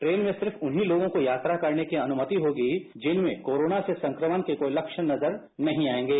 train में सिर्फ उन्हीं लोगों को यात्रा करने की अनुमति होगी जिनमें कोरोना से संक्रमण के कोई लक्षण नजर नहीं आएगे